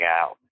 out